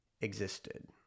existed